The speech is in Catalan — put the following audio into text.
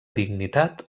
dignitat